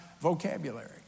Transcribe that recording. vocabulary